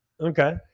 Okay